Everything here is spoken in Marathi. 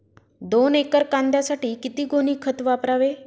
दोन एकर कांद्यासाठी किती गोणी खत वापरावे?